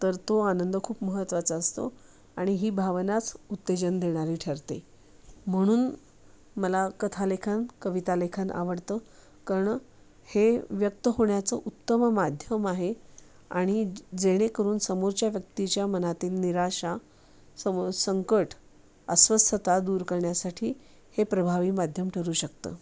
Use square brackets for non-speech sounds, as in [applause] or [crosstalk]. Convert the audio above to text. तर तो आनंद खूप महत्वाचा असतो आणि ही भावनाच उत्तेजन देणारी ठरते म्हणून मला कथा लेखन कविता लेखन आवडतं कारण हे व्यक्त होण्याचं उत्तम माध्यम आहे आणि ज् जेणेकरून समोरच्या व्यक्तीच्या मनातील निराशा [unintelligible] संकट अस्वस्थता दूर करण्यासाठी हे प्रभावी माध्यम ठरू शकतं